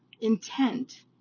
intent